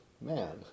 man